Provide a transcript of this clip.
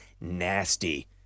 nasty